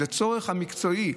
זה צורך מקצועי,